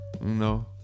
No